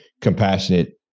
compassionate